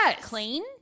clean